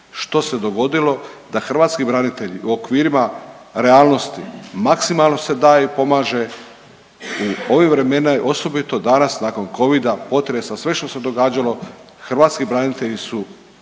Što se dogodilo da hrvatski branitelji u okvirima realnosti maksimalno se daje i pomaže u ovim vremenima, osobito danas nakon Covida, potresa, sveg što se događalo, hrvatski branitelji su